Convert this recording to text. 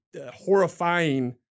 horrifying